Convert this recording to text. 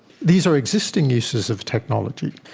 these are existing uses of technology.